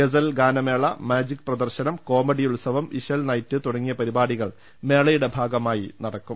ഗസൽ ഗാനമേള മാജിക് പ്രദർശനം കോമഡി ഉത്സവം ഇശൽ നൈറ്റ് തുടങ്ങിയ പരിപാടികൾ മേളയുടെ ഭാഗമായി നടക്കും